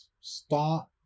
start